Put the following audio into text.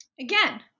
Again